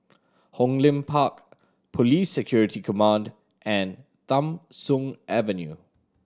Hong Lim Park Police Security Command and Tham Soong Avenue